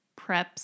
preps